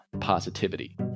positivity